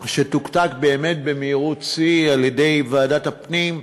שתוקתק במהירות שיא על-ידי ועדת הפנים,